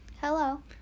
Hello